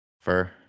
Fur